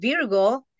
Virgo